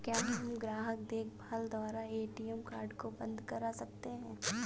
क्या हम ग्राहक देखभाल द्वारा ए.टी.एम कार्ड को बंद करा सकते हैं?